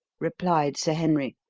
replied sir henry.